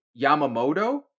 Yamamoto